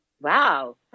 Wow